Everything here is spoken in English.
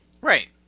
Right